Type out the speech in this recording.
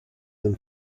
than